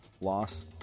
loss